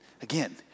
Again